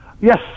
Yes